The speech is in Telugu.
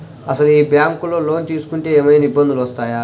అసలు ఈ బ్యాంక్లో లోన్ తీసుకుంటే ఏమయినా ఇబ్బందులు వస్తాయా?